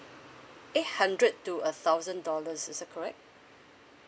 eight hundred to a thousand dollars is that correct